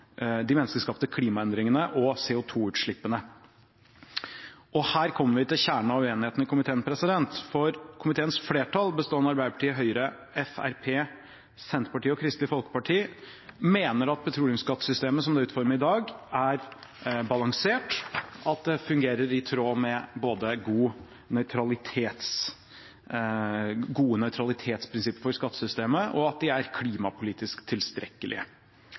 klimaendringene og CO2-utslippene. Og her kommer vi til kjernen av uenigheten i komiteen, for komiteens flertall, bestående av Arbeiderpartiet, Høyre, Fremskrittspartiet, Senterpartiet og Kristelig Folkeparti, mener at petroleumsskattesystemet som det er utformet i dag, er balansert, at det fungerer i tråd med gode nøytralitetsprinsipper for skattesystemet, og at de er klimapolitisk tilstrekkelige.